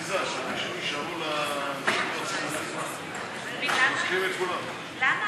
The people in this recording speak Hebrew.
של קבוצת סיעת המחנה הציוני וקבוצת סיעת מרצ לסעיף 4 לא נתקבלה.